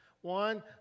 One